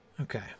Okay